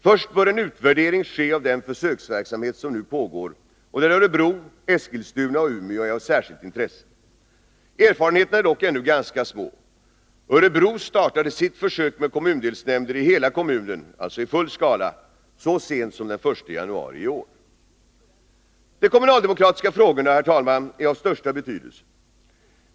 Först bör en utvärdering ske av den försöksverksamhet som nu pågår, och där Örebro, Eskilstuna och Umeå är av särskilt intresse. Erfarenheterna är dock ännu ganska små. Örebro startade sitt försök med kommundelsnämnder i hela kommunen, alltså i full skala, så sent som den 1 januari i år. De kommunaldemokratiska frågorna, herr talman, är av största betydelse.